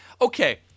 Okay